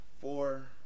Four